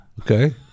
Okay